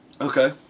Okay